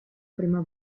prima